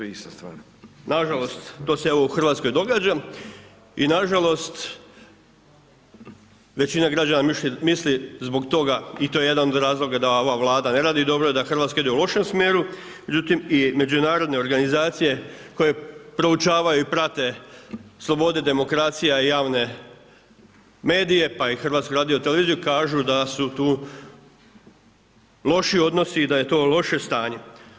Nažalost to se evo u Hrvatskoj događa i nažalost, većina građana misli, zbog toga i to je jedan od razloga da ova Vlada ne radi dobro, da Hrvatska ide u lošem smjeru, međutim, i međunarodne organizacije, koje proučavaju i prate slobode demokracija i javne medija, pa i HRT kažu da su tu loši odnosi i da je to loše stanje.